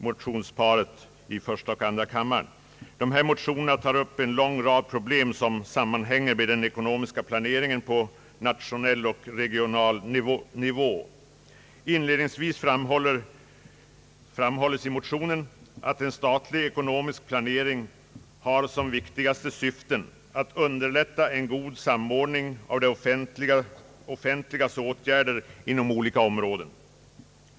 Motionsparet tar upp en lång rad problem som sammanhänger med den Inledningsvis framhålles i motionerna att en statlig ekonomisk planering har som viktigaste syften att underlätta en god samordning av det offentligas åtgärder inom olika områden.